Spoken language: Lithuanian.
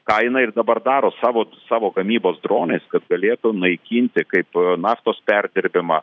ką jinai ir dabar daro savo savo gamybos dronais kad galėtų naikinti kaip naftos perdirbimą